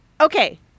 Okay